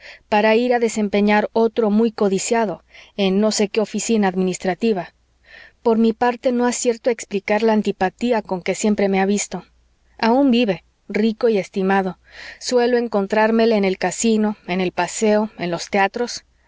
para ir a desempeñar otro muy codiciado en no se qué oficina administrativa por mi parte no acierto a explicar la antipatía con que siempre me ha visto aun vive rico y estimado suelo encontrármele en el casino en el paseo en los teatros